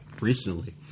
recently